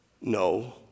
No